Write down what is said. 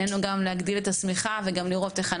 עלינו גם להגדיל את השמיכה וגם לראות כיצד